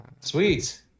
sweet